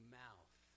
mouth